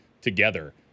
together